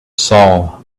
soul